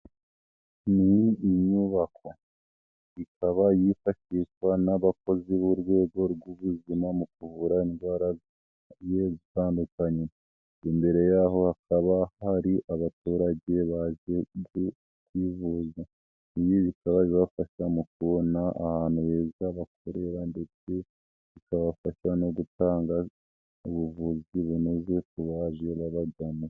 Ni inyubako ikaba yifashishwa n'abakozi b'urwego rw'ubuzima mu kuvura indwara zigiye zitandukanye, imbere yaho hakaba hari abaturage baje kwivuza ibi bikababafasha mu kubona ahantu heza bakorera ndetse bikabafasha no gutanga ubuvuzi bunoze kubaje babagana.